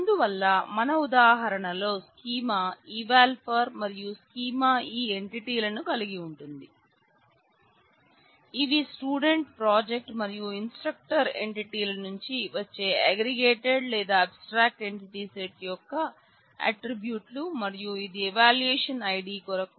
అందువల్ల మన ఉదాహరణలో స్కీమా eval for మరియు స్కీమా ఈ ఎంటిటి లను కలిగి ఉంటుంది ఇవి స్టూడెంట్ ప్రాజెక్ట్ మరియు ఇన్స్ట్రక్టర్ ఎంటిటీల నుంచి వచ్చే అగ్రిగేటెడ్ లేదా అబ్స్ట్రాక్ట్ ఎంటిటీ సెట్ యొక్క ఆట్రిబ్యూట్లు మరియు ఇది ఎవాల్యూయేషన్ ఐడి కొరకు